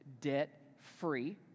debt-free